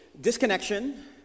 disconnection